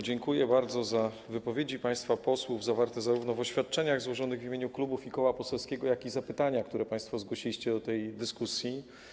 Dziękuję bardzo zarówno za wypowiedzi państwa posłów zawarte w oświadczeniach złożonych w imieniu klubów i koła poselskiego, jak i za zapytania, które państwo zgłosiliście do tej dyskusji.